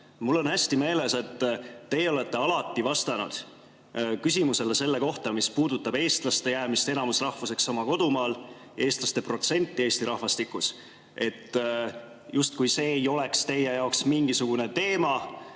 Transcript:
Mul on hästi meeles, et teie olete alati vastanud küsimusele selle kohta, mis puudutab eestlaste jäämist enamusrahvuseks oma kodumaal, eestlaste protsenti Eesti rahvastikus, et justkui see ei ole teie jaoks mingisugune teema